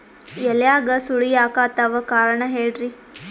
ಎಲ್ಯಾಗ ಸುಳಿ ಯಾಕಾತ್ತಾವ ಕಾರಣ ಹೇಳ್ರಿ?